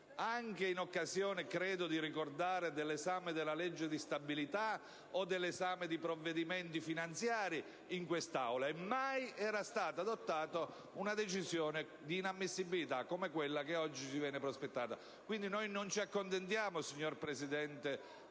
anche in occasione - credo di ricordare - dell'esame della legge di stabilità o dell'esame di provvedimenti finanziari in quest'Aula, e mai era stata adottata una decisione di inammissibilità come quella che oggi ci viene prospettata. Quindi, non ci accontentiamo, signor Presidente,